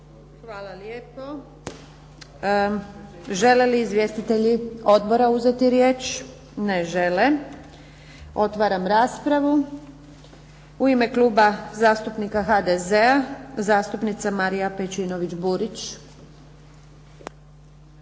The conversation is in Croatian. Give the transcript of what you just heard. Hvala lijepo. Žele li izvjestitelji odbora uzeti riječ? Ne žele. Otvaram raspravu. U ime Kluba zastupnika HDZ-a zastupnica Marija Pejčinović-Burić.